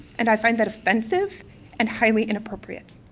and i find that offensive and highly inappropriate.